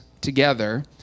together